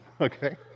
okay